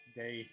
day